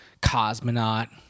cosmonaut